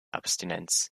abstinenz